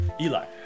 Eli